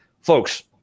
Folks